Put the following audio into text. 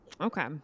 Okay